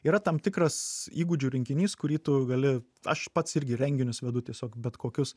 yra tam tikras įgūdžių rinkinys kurį tu gali aš pats irgi renginius vedu tiesiog bet kokius